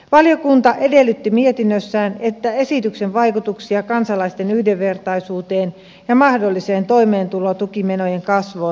valiokunta edellytti mietinnössään että esityksen vaikutuksia kansalaisten yhdenvertaisuuteen ja mahdolliseen toimeentulotukimenojen kasvuun arvioidaan